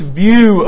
view